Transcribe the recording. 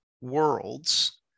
worlds